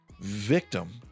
victim